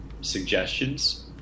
suggestions